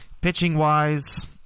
Pitching-wise